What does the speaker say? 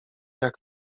jak